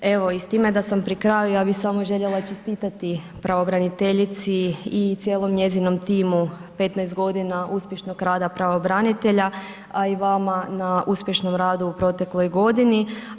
Evo i s time da sam pri kraju, ja bi samo željela čestitati, pravobraniteljici i cijelom njezinom timu, 15 g. uspješnog rada pravobranitelja a i vama na uspješnom radu u protekloj godini.